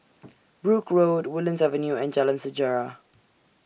Brooke Road Woodlands Avenue and Jalan Sejarah